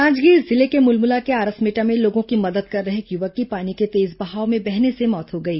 जांजगीर जिले के मुलमुला के आरसमेटा में लोगों की मदद कर रहे एक युवक की पानी के तेज बहाव में बहने से मौत हो गई